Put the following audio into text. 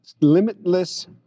limitless